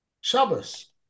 Shabbos